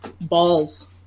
Balls